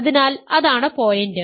അതിനാൽ അതാണ് പോയിൻറ്